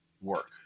work